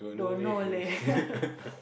don't know leh